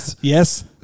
Yes